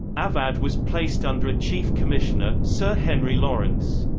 awadh was placed under a chief commissioner sir henry lawrence.